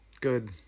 Good